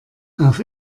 auf